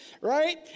right